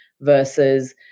versus